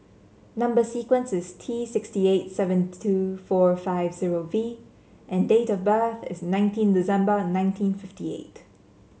number sequence is T six eight seven two four five zero V and date of birth is nineteen December nineteen fifty eight